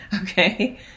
Okay